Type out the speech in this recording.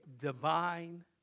divine